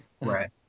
Right